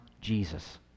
Jesus